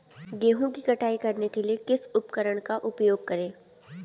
गेहूँ की कटाई करने के लिए किस उपकरण का उपयोग करें?